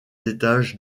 étages